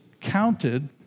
counted